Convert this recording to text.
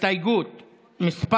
הסתייגות מס'